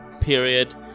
Period